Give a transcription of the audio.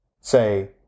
say